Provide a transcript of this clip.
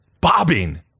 Bobbing